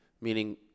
meaning